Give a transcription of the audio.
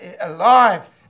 alive